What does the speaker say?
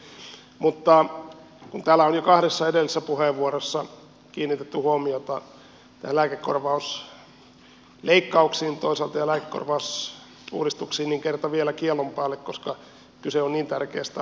mutta kun täällä on jo kahdessa edellisessä puheenvuorossa kiinnitetty huomiota lääkekorvausleikkauksiin ja toisaalta lääkekorvausuudistuksiin niin kerta vielä kiellon päälle koska kyse on niin tärkeästä asiasta